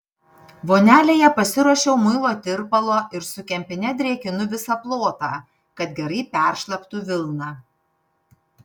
vonelėje pasiruošiau muilo tirpalo ir su kempine drėkinu visą plotą kad gerai peršlaptų vilna